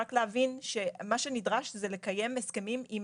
רק להבין שמה שנדרש זה לקיים הסכמים עם